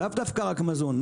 לאו דווקא רק מזון.